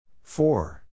Four